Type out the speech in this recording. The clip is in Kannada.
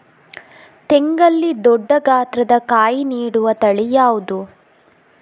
ತೆಂಗಲ್ಲಿ ದೊಡ್ಡ ಗಾತ್ರದ ಕಾಯಿ ನೀಡುವ ತಳಿ ಯಾವುದು?